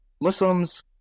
Muslims